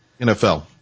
NFL